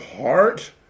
heart